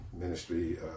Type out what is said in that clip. ministry